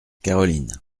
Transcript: caroline